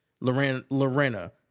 Lorena